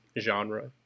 genre